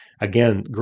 Again